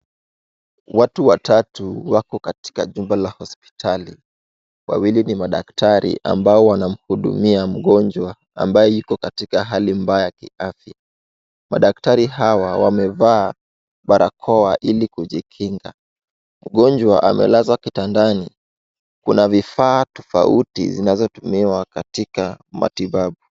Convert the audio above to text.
Watu watatu, wako katika jumba la hospitali. Wawili ni madaktari ambao wanamhudumia mgonjwa ambaye yuko katika hali mbaya ya kiafya. Madaktari hawa wamevaa barakoa ili kujikinga. Mgonjwa amelazawa kitandani. Kuna vifaa tofauti zinazotumiwa katika matibabu.